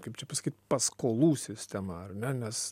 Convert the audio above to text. kaip čia pasakyt paskolų sistema ar ne nes